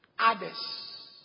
Others